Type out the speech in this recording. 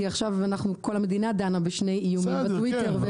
כי עכשיו כל המדינה דנה בשני איומים בטוייטר,